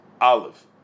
olive